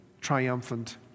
triumphant